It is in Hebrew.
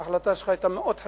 שההחלטה שלך היתה מאוד חשובה,